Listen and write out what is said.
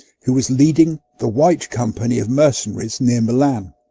who was leading the white company of mercenaries near milan.